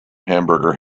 hamburger